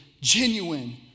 genuine